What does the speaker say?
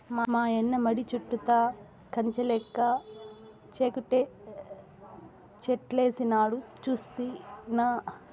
మాయన్న మడి చుట్టూతా కంచెలెక్క టేకుచెట్లేసినాడు సూస్తినా